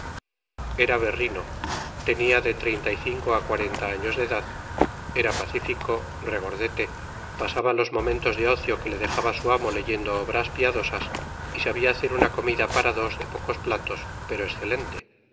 era berrino tenia de treinta y cinco á cuarenta años de edad era pacífico regordete pasaba los momentos de ocio que le dejaba su amo leyendo obras piadosas y sabia hacer una comida para dos de pocos platos pero excelente